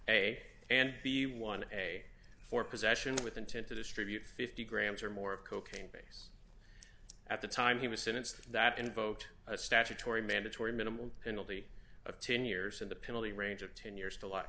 a and b one a for possession with intent to distribute fifty grams or more of cocaine base at the time he was sentenced that invoked a statutory mandatory minimum penalty of ten years in the penalty range of ten years to li